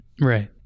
right